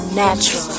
natural